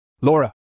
Laura